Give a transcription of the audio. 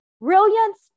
brilliance